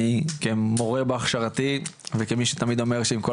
אני כמורה בהכשרתי וכמי שתמיד אומר שעם כל